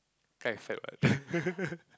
I think I failed ah